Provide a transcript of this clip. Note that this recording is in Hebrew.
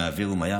מהאוויר ומהים.